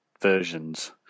versions